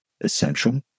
essential